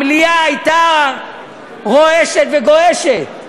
המליאה הייתה רועשת וגועשת.